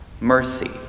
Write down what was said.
mercy